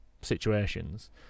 situations